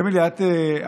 אמילי, את תוניסאית,